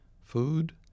Food